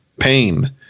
pain